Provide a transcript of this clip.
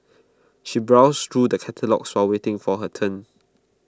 she browsed through the catalogues while waiting for her turn